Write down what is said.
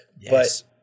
Yes